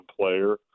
player